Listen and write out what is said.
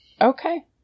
okay